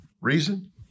reason